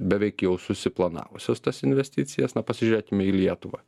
beveik jau susiplanavusios tas investicijas na pasižiūrėkime į lietuvą